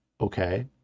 okay